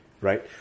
Right